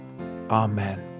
Amen